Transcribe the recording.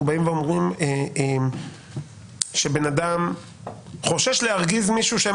באים ואומרים שבן אדם חושש להרגיז מישהו,